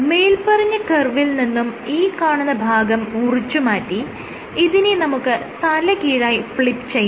മേല്പറഞ്ഞ കർവിൽ നിന്നും ഈ കാണുന്ന ഭാഗം മുറിച്ച് മാറ്റി ഇതിനെ നമുക്ക് തലകീഴായി ഫ്ളിപ് ചെയ്യാം